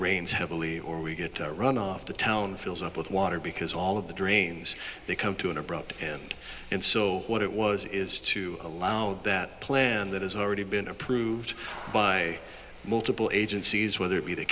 rains heavily or we get runoff the town fills up with water because all of the drains they come to an abrupt end and so what it was is to allow that plan that has already been approved by multiple agencies whether it be the